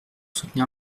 soutenir